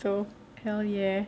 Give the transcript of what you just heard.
so now ya